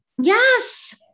Yes